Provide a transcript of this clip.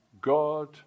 God